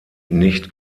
nicht